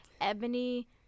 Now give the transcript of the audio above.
Ebony